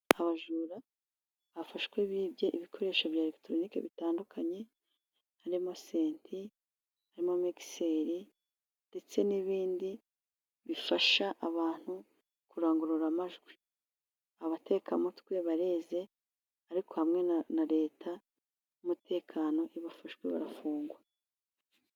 Abajura bafashwe bibye ibikoresho bya elegitoroniki bitandukanye harimo: senti, harimo mikiseri, ndetse n'ibindi bifasha abantu kurangurura amajwi. Abatekamutwe bareze ariko hamwe na Leta umutekano iyo bafashwe barafungwa.